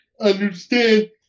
understand